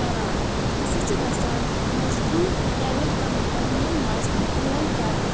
کران تہٕ سُہ چھُ گژھان مجبوٗر پرایویٹ کمپنی یَن منٛز کٲم کرُن